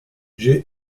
j’ai